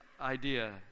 idea